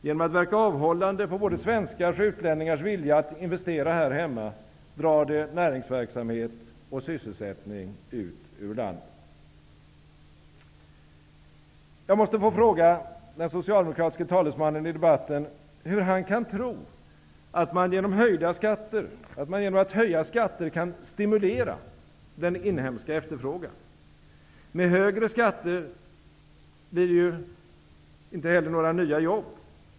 Genom att verka avhållande på både svenskars och utlänningars vilja att investera här hemma drar det näringsverksamhet och sysselsättning ut ur landet. Jag måste få fråga den socialdemokratiske talesmannen i debatten hur han kan tro att man genom att höja skatter kan stimulera den inhemska efterfrågan. Med högre skatter blir det heller inga nya jobb.